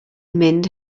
mynd